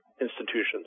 institutions